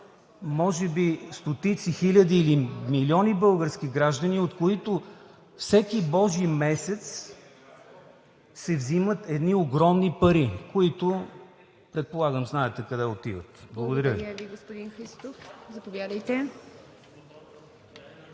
може би стотици хиляди или милиони български граждани, от които всеки божи месец се взимат едни огромни пари, които предполагам знаете къде отиват. Благодаря ви. ПРЕДСЕДАТЕЛ